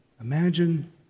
Imagine